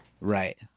right